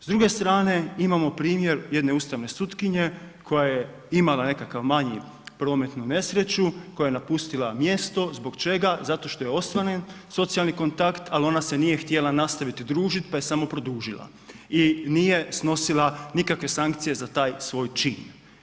S druge strane, imamo primjer jedne ustavne sutkinje koja je imala nekakav manji prometnu nesreću, koja je napustila mjesto, zbog čega, zato što je ostvaren socijalni kontakt, ali ona se nije htjela nastaviti družiti pa je samo produžila i nije snosila nikakve sankcije za taj svoj čin.